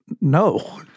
No